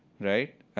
right?